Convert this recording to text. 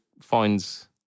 finds